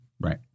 Right